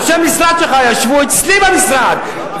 אנשי המשרד שלך ישבו אצלי במשרד,